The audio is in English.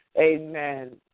Amen